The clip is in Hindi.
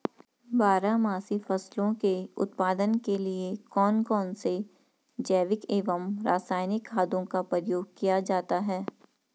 बारहमासी फसलों के उत्पादन के लिए कौन कौन से जैविक एवं रासायनिक खादों का प्रयोग किया जाता है?